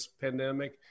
pandemic